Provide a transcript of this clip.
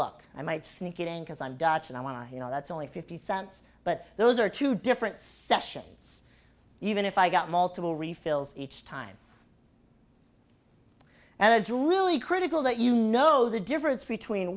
look i might sneak it in because i'm dutch and i want to you know that's only fifty cents but those are two different sessions even if i got multiple refills each time and it's really critical that you know the difference between